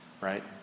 Right